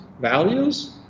values